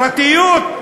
פרטיות?